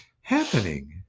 happening